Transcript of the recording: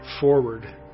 forward